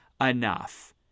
enough